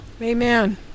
Amen